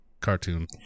cartoon